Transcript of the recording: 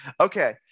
okay